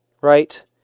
right